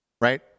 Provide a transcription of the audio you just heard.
right